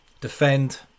defend